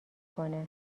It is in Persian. کنه